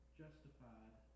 justified